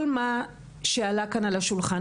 כל מה שעלה כאן על השולחן.